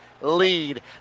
lead